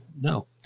No